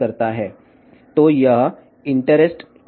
కాబట్టి ఇది ఆసక్తి ఉన్న ప్రాంతంలో పరిమితం చేయబడింది